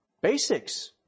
basics